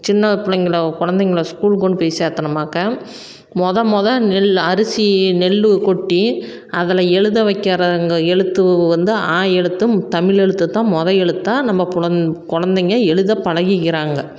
சின்ன பிள்ளைங்கள கொழந்தைங்கள ஸ்கூலுக்கு கொண்டுப்போய் சேர்த்தனோம்னாக்க மொதல் மொதல் நெல் அரிசி நெல் கொட்டி அதில் எழுத வைக்கிறாங்க எழுத்து வந்து ஆ எழுத்தும் தமிழ் எழுத்துதான் மொதல் எழுத்தாக நம்ம புலன் கொழந்தைங்க எழுத பழகிக்கிறாங்க